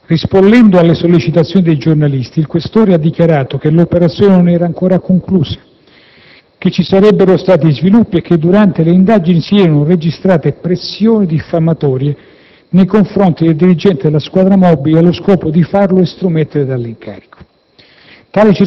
Rispondendo alle sollecitazioni dei giornalisti, il questore ha dichiarato che l'operazione non era ancora conclusa, che ci sarebbero stati sviluppi e che durante le indagini si erano registrate pressioni diffamatorie nei confronti del dirigente della Squadra mobile allo scopo di farlo estromettere dall'incarico.